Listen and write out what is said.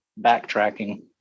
backtracking